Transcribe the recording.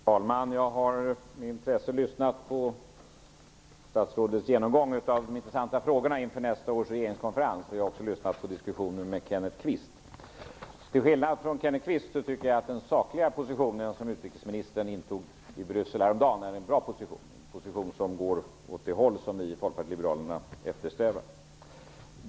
Herr talman! Jag har med intresse lyssnat på statsrådets genomgång av de intressanta frågorna inför nästa års regeringskonferens. Jag har också lyssnat till diskussionen med Kenneth Kvist. Till skillnad från Kenneth Kvist tycker jag att den sakliga positionen som utrikesministern intog i Bryssel häromdagen är en bra position. Det är en position som går åt det håll som vi i Folkpartiet liberalerna eftersträvar.